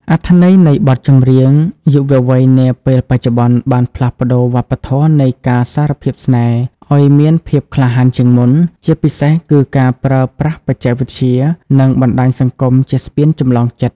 អត្ថន័យនៃបទចម្រៀងយុវវ័យនាពេលបច្ចុប្បន្ន បានផ្លាស់ប្តូរវប្បធម៌នៃការសារភាពស្នេហ៍ឱ្យមានភាពក្លាហានជាងមុន ជាពិសេសគឺការប្រើប្រាស់បច្ចេកវិទ្យា និងបណ្ដាញសង្គមជាស្ពានចម្លងចិត្ត។